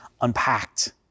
unpacked